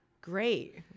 great